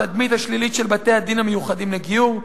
התדמית השלילית של בתי-הדין המיוחדים לגיור,